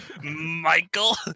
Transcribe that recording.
Michael